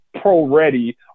pro-ready